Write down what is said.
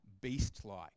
beast-like